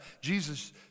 Jesus